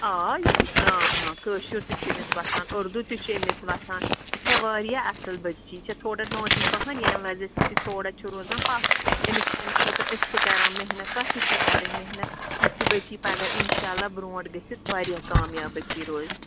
آ آ آ کٲشُر تہِ چھُ أمِس وۄتھان اُردو تہِ چھُ أمِس وۄتھان یہِ چھےٚ واریاہ اَصٕل بٔچی یہِ چھٚ تھوڑا ناٹی پَہَن ییٚمہِ وجہ سۭتۍ یہِ تھوڑا چھُ روزان پتھ أمِس چھِ اَمہِ خٲطرٕ أسۍ تہِ کَران محنت تۄہہِ تہِ چھَ کَرٕنۍ محنت یُتھ یہِ بٔچی پَگاہ اِنشاء اللہ برونٛٹھ گٔژھِتھ واریاہ کامیاب بچی روزِ